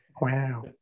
Wow